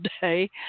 day